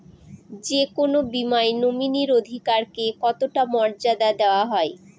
যে কোনো বীমায় নমিনীর অধিকার কে কতটা মর্যাদা দেওয়া হয়?